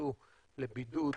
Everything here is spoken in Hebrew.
שנכנסו לבידוד.